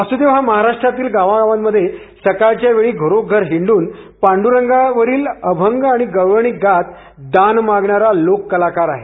वासुदेव हा महाराष्ट्रातील गावांमध्ये सकाळच्या वेळी घरोघर हिंडून पांडुरंगावरील अभंग गवळणी गात दान मागणारा लोककलाकार आहे